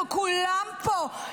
כולם פה,